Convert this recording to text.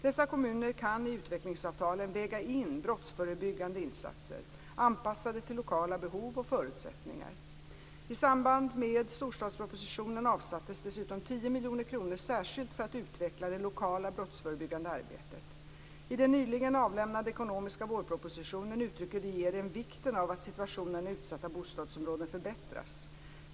Dessa kommuner kan i utvecklingsavtalen väga in brottsförebyggande insatser anpassade till lokala behov och förutsättningar. I samband med storstadspropositionen avsattes dessutom 10 miljoner kronor särskilt för att utveckla det lokala brottsförebyggande arbetet. I den nyligen avlämnade ekonomiska vårpropositionen uttrycker regeringen vikten av att situationen i utsatta bostadsområden förbättras.